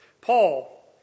Paul